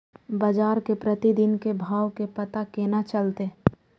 बजार के प्रतिदिन के भाव के पता केना चलते?